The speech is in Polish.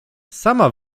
sama